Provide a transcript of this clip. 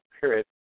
period